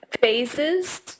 phases